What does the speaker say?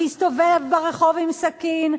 להסתובב ברחוב עם סכין.